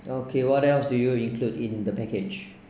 okay what else do you include in the package